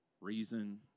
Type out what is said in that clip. reason